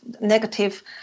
negative